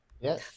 Yes